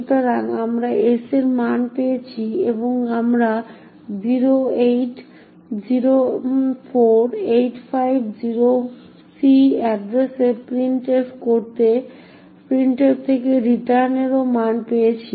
সুতরাং আমরা s এর মান পেয়েছি এবং আমরা 0804850c এড্রেসে প্রিন্টএফ থেকে রিটার্নের মানও পেয়েছি